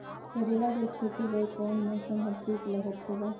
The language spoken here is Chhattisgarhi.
करेला कर खेती बर कोन मौसम हर ठीक होथे ग?